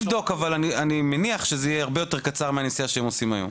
אני מניח שזה יהיה הרבה יותר קצר מהנסיעה שהם עושים היום.